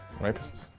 Rapists